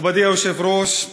מכובדי היושב-ראש,